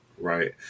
Right